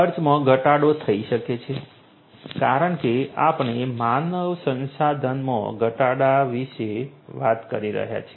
ખર્ચમાં ઘટાડો થઈ શકે છે કારણ કે આપણે માનવ સંસાધનમાં ઘટાડો વિશે વાત કરી રહ્યા છીએ